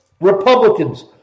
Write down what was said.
Republicans